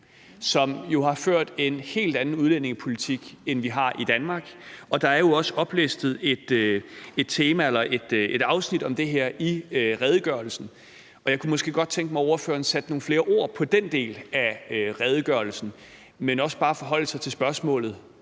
som jo har ført en helt anden udlændingepolitik, end vi har i Danmark. Der er jo også oplistet et tema eller et afsnit om det her i redegørelsen, og jeg kunne måske godt tænke mig, at ordføreren satte nogle flere ord på den del af redegørelsen og også bare forholdt sig til spørgsmålet: